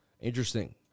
Interesting